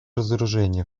разоружению